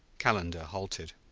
calendar halted.